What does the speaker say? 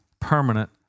permanent